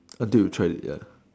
until you try it ya